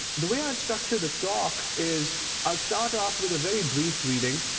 the way i'll structure the talk is i'll start off with a very brief reading.